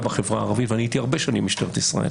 בחברה הערבית - ואני הייתי הרבה שנים במשטרת ישראל